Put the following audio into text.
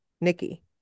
Nikki